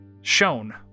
Shown